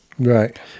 right